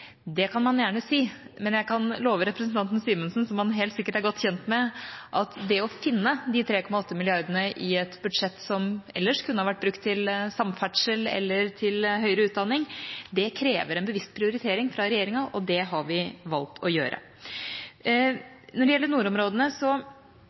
Det kan man gjerne si, men jeg kan love representanten Simensen at det å finne – som han helt sikkert er godt kjent med – i et budsjett de 3,8 mrd. kr som ellers kunne ha vært brukt til samferdsel eller til høyere utdanning, krever en bevisst prioritering fra regjeringa, og det har vi valgt å gjøre. Når det gjelder nordområdene,